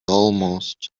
almost